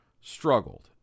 struggled